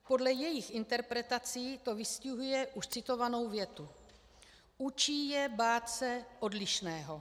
Podle jejich interpretací to vystihuje už citovanou větu: Učí je bát (?) se odlišného.